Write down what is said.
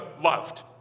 loved